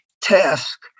task